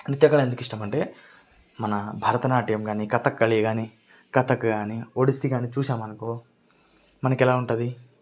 నృత్యకళ ఎందుకిష్టమంటే మన భరతనాట్యం కానీ కథాకళి కానీ కథక్ కానీ ఒడిస్సి కానీ చూశామనుకో మనకెలా ఉంటుంది